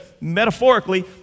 metaphorically